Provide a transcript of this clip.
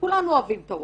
וכולם אוהבים את הווטסאפ.